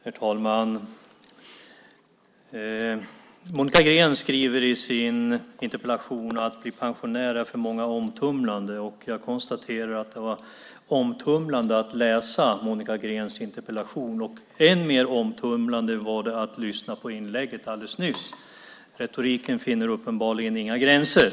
Herr talman! Monica Green skriver i sin interpellation att det för många är omtumlande att bli pensionär. Jag konstaterar att det var omtumlande att läsa Monica Greens interpellation, och än mer omtumlande var det att lyssna på inlägget alldeles nyss. Retoriken har uppenbarligen inga gränser.